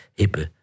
hippe